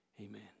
Amen